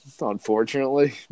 unfortunately